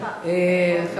אבל זה כסף של, זה נכון.